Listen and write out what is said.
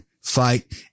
fight